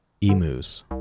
emus